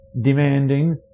demanding